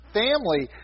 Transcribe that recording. family